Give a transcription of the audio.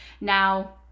Now